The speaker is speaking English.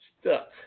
stuck